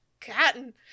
Cotton